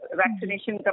vaccination